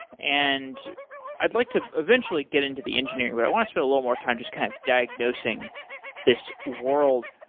and i'd like to eventually get into the engineer. but i want to spend a little more time just kind of diagnosing this world.